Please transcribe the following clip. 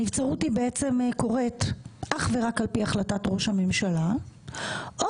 הנבצרות היא בעצם קורית אך ורק על פי החלטת ראש הממשלה או